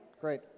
Great